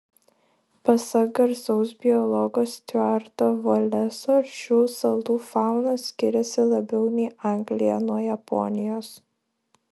pasak garsaus biologo stiuarto voleso šių salų fauna skiriasi labiau nei anglija nuo japonijos